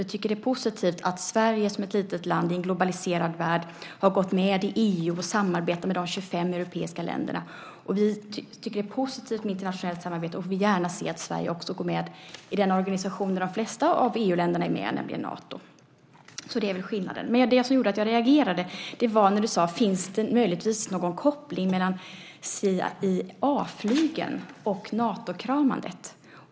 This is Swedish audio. Vi tycker att det är positivt att Sverige som ett litet land i en globaliserad värld har gått med i EU och samarbetar med de övriga EU-länderna. Och vi tycker att det är positivt med internationellt samarbete och vill gärna se att Sverige också går med i den organisation där de flesta EU-länderna är med, nämligen Nato. Så det är skillnaden. Men det som gjorde att jag reagerade var när du sade: Finns det möjligtvis någon koppling mellan CIA-flygen och Natokramandet?